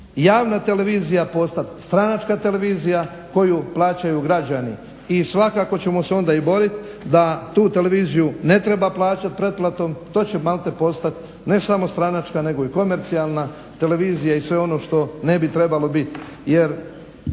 javna televizija postat stranačka televizija koju plaćaju građani i svakako ćemo se onda i borit da tu televiziju ne treba plaćat pretplatom. To će malte postat ne samo stranačka nego i komercijalna televizija i sve ono što ne bi trebalo biti,